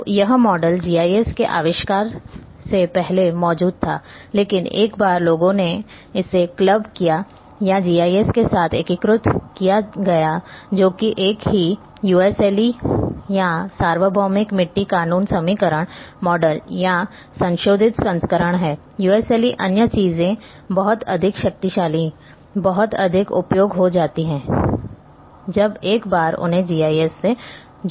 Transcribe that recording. तो यह model GIS के आविष्कार से पहले मौजूद था लेकिन एक बार लोगों ने इसे क्लब किया या जीआईएस के साथ एकीकृत किया गया जो कि एक ही USLE या सार्वभौमिक मिट्टी कानून समीकरण मॉडल या संशोधित संस्करण है USLE अन्य चीजें बहुत अधिक शक्तिशाली बहुत अधिक उपयोगी हो जाती हैं जब एक बार उन्हें जीआईएस से जुड़ाव मिले